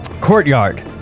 Courtyard